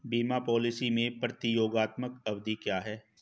बीमा पॉलिसी में प्रतियोगात्मक अवधि क्या है?